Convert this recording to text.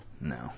no